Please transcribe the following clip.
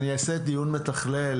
אני אעשה דיון מתחלל,